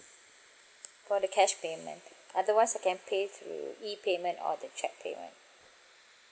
for the cash payment otherwise I can pay through E payment or the cheque payment